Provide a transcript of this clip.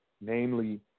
Namely